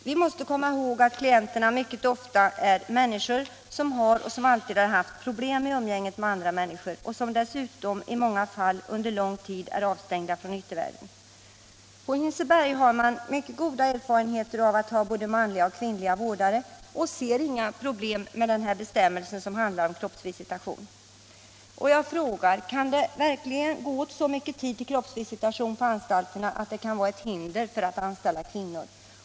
Vi måste komma ihåg att klienterna mycket ofta är sådana som har - och alltid har haft problem i umgänget med andra människor och som dessutom i många fall under lång tid är avstängda från yttervärlden. På Hinseberg har man mycket goda erfarenheter av att ha både manliga och kvinnliga vårdare och ser inga problem med bestämmelsen som handlar om kroppsvisitation. Kan det verkligen gå åt så mycket tid till kroppsvisitation på anstalterna att det kan vara ett hinder för att anställa kvinnor?